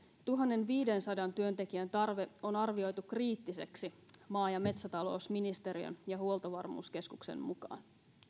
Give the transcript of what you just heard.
tuhannenviidensadan työntekijän tarve on arvioitu kriittiseksi maa ja metsätalousministeriön ja huoltovarmuuskeskuksen mukaan